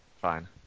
fine